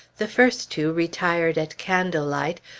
the first two retired at candle-light,